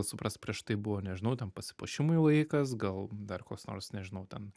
supras prieš tai buvo nežinau ten pasipuošimui laikas gal dar koks nors nežinau ten